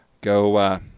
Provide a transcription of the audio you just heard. go